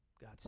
God